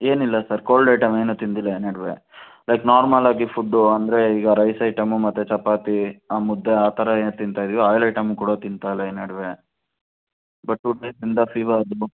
ಏನಿಲ್ಲ sir cold item ಏನು ತಿಂದಿಲ್ಲ ಈ ನಡುವೆ ಲೈಕ್ ನಾರ್ಮಲ್ಲಾಗಿ ಫುಡ್ಡು ಅಂದರೆ ಈಗ ರೈಸ್ ಐಟಮ್ಮು ಮತ್ತು ಚಪಾತಿ ಆ ಮುದ್ದೆ ಆ ಥರ ಏನೋ ತಿನ್ತಾ ಇದ್ವಿ ಆಯಿಲ್ ಐಟಮ್ಮು ಕೂಡ ತಿನ್ತಾ ಇಲ್ಲ ಈ ನಡುವೆ ಬಟ್ ಟು ಡೇಸಿಯಿಂದ ಫಿವರು